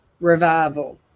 revival